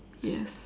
yes